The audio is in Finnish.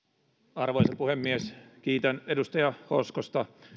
arvoisa puhemies kiitän edustaja hoskosta